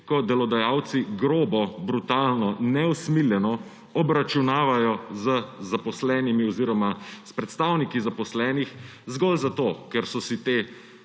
ko delodajalci grobo, brutalno, neusmiljeno obračunavajo z zaposlenimi oziroma s predstavniki zaposlenih zgolj zato, ker so si ti